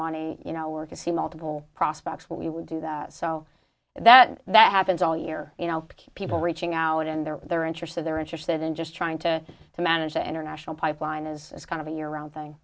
and you know work you see multiple prospects what we would do that so that that happens all year you know people reaching out and there they're interested they're interested in just trying to to manage the international pipeline is kind of a year round thing